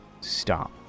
stop